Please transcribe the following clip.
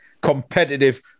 competitive